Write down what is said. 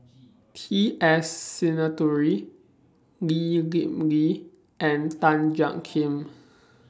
T S Sinnathuray Lee Kip Lee and Tan Jiak Kim